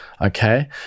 okay